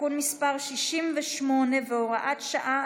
תיקון מס' 68 והוראת שעה),